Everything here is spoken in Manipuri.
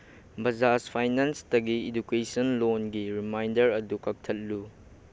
ꯕꯖꯥꯖ ꯐꯥꯏꯅꯥꯟꯁꯇꯒꯤ ꯏꯗꯨꯀꯦꯁꯟ ꯂꯣꯟꯒꯤ ꯔꯤꯃꯥꯏꯟꯗꯔ ꯑꯗꯨ ꯀꯛꯊꯠꯂꯨ